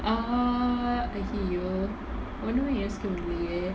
uh !aiyo! ஒன்னுமே யோசிக்க முடிலயே:onnumae yosikka mudilayae